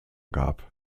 gab